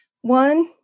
one